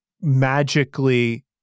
magically